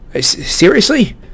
Seriously